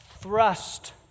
thrust